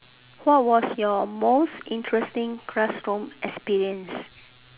what was your most interesting classroom experience